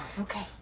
okay?